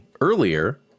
Earlier